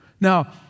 Now